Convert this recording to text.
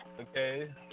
Okay